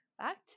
fact